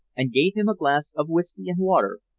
and gave him a glass of whisky and water,